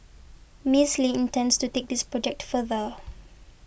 Miss Lin intends to take this project further